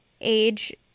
age